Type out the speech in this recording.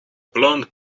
blond